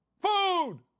Food